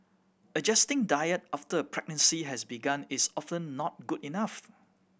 adjusting diet after a pregnancy has begun is often not good enough